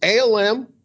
ALM